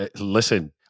Listen